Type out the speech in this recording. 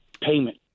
payment